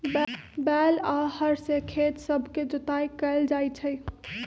बैल आऽ हर से खेत सभके जोताइ कएल जाइ छइ